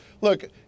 Look